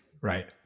right